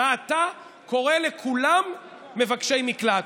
אתה קורא לכולם מבקשי מקלט.